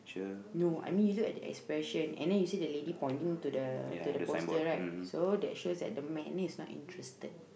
no I mean you look at the expression and then you see the lady pointing to the to the poster right so this shows that the man is not interested